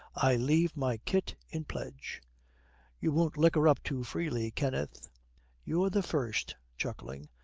i leave my kit in pledge you won't liquor up too freely, kenneth you're the first chuckling,